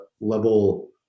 level